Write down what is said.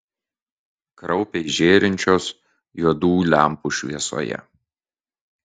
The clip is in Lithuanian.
kraupiai žėrinčios juodų lempų šviesoje